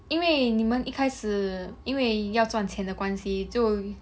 因为你们一开始因为要赚钱的关系就